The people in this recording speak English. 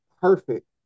perfect